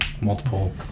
Multiple